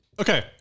Okay